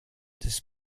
des